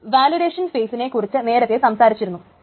നമ്മൾ വാലിഡേഷൻ ഫെയിസിനെ കുറിച്ച് നേരത്തെ സംസാരിച്ചിരുന്നു